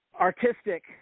artistic